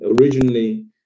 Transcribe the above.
originally